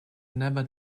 never